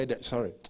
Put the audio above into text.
Sorry